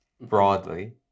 broadly